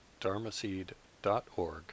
dharmaseed.org